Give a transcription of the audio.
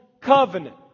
Covenant